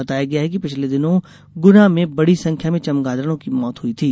बताया गया है कि पिछले दिनों गुना में बड़ी संख्या में चमगादड़ों की मौत हुई थी